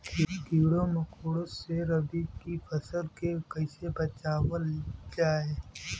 कीड़ों मकोड़ों से रबी की फसल के कइसे बचावल जा?